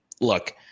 look